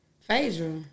Phaedra